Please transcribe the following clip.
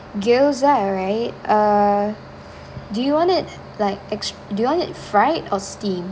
gyoza right uh do you want it like ex~ do you want it fried or steamed